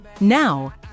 now